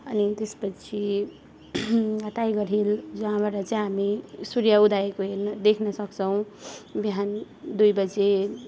अनि त्यसपछि Tiger Hill जहाँबाट चाहिँ हामी सूर्य उदायको हेर्न देख्न सक्छौँ बिहान दुईबजे